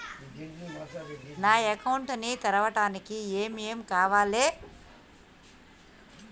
నా అకౌంట్ ని తెరవడానికి ఏం ఏం కావాలే?